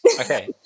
Okay